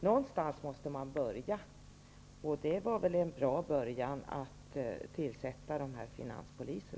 Någonstans måste man ju börja. Det var väl en bra början att tillsätta finanspoliser.